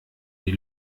die